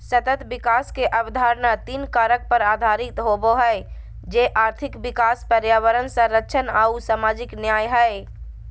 सतत विकास के अवधारणा तीन कारक पर आधारित होबो हइ, जे आर्थिक विकास, पर्यावरण संरक्षण आऊ सामाजिक न्याय हइ